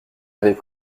n’avait